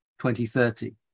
2030